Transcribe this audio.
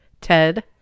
Ted